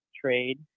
trade